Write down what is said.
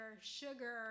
sugar